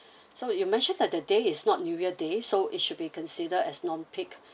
so you mentioned that the day is not new year day so it should be considered as non peak